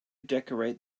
decorate